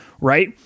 right